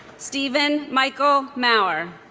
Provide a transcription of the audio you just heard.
stephen michael maurer